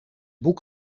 boek